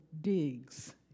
digs